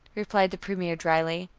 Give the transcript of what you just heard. replied the premier drily,